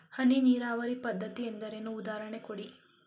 ಹನಿ ನೀರಾವರಿ ಪದ್ಧತಿ ಎಂದರೇನು, ಉದಾಹರಣೆ ಕೊಡಿ?